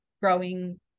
growing